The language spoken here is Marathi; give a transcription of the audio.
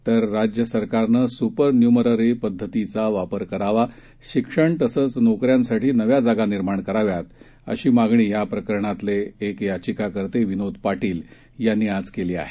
तर राज्य सरकारनं सुपर न्युमररी पद्धतीचा वापर करावा शिक्षण तसंच नोकऱ्यांसाठी नव्या जागा निर्माण कराव्यात अशी मागणी या प्रकरणातले एक याचिकाकर्ते विनोद पाटील यांनी आज केली आहे